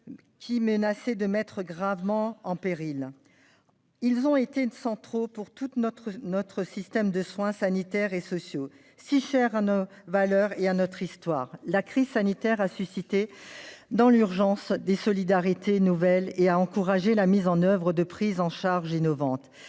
menaçait de mettre gravement en péril. Ils ont été centraux pour tout notre système de soins- sanitaires et sociaux -si cher à nos valeurs et à notre histoire. La crise sanitaire a suscité dans l'urgence des solidarités nouvelles et a encouragé la mise en oeuvre de prises en charge innovantes.